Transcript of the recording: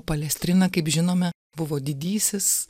palestrina kaip žinome buvo didysis